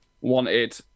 wanted